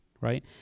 right